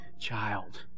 child